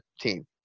team